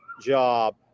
job